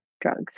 drugs